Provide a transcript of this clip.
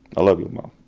ah love you mum.